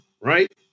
right